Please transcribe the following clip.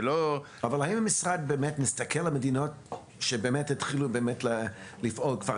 האם המשרד מסתכל על מדינות שפועלות בזה כבר